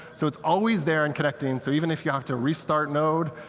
so it's always there and connecting, so even if you have to restart node,